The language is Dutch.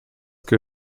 kun